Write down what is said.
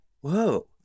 Whoa